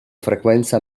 frequenza